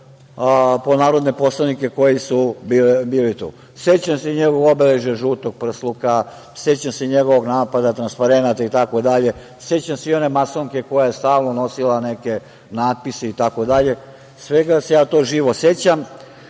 po narodne poslanike koji su bili tu. Sećam se i njegovog obeležja – žutog prsluka, sećam se i njegovog napada, transparenata itd. Sećam se i one masonke koja je stalno nosila neke natpise itd. Svega se ja to živo sećam.